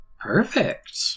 Perfect